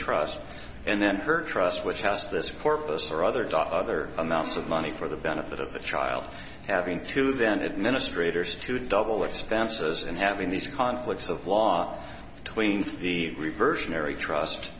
trust and then her trust which has this corpus or other dot other amounts of money for the benefit of the child having to then administrators to double expenses and having these conflicts of law tweens the reversionary trust